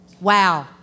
Wow